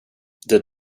det